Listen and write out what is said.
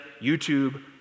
YouTube